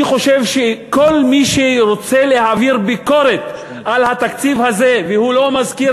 אני חושב שכל מי שרוצה להעביר ביקורת על התקציב הזה ולא מזכיר